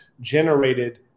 generated